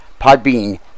Podbean